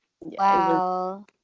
Wow